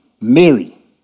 Mary